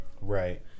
right